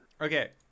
Okay